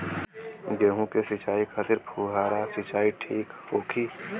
गेहूँ के सिंचाई खातिर फुहारा सिंचाई ठीक होखि?